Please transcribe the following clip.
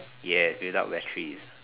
yes without batteries